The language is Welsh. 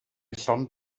llond